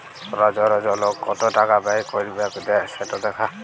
রজ রজ লক কত টাকা ব্যয় ক্যইরবেক সেট দ্যাখা